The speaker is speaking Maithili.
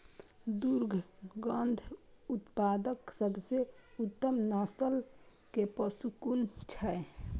दुग्ध उत्पादक सबसे उत्तम नस्ल के पशु कुन छै?